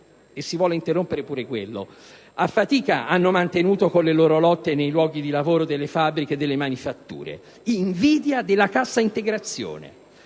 e si vuole interrompere pure quella - hanno mantenuto con le loro lotte nei luoghi di lavoro (fabbriche e manifatture): invidia per la cassa integrazione,